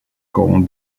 called